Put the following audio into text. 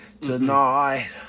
tonight